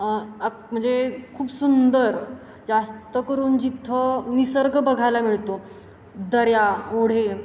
म्हणजे खूप सुंदर जास्त करून जिथं निसर्ग बघायला मिळतो दऱ्या ओढे